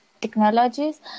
technologies